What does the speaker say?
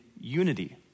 unity